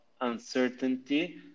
uncertainty